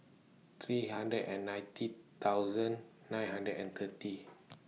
three hundred and ninety thousand nine hundred and thirty